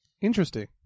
Interesting